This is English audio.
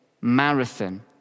marathon